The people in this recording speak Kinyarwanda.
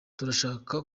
turashaka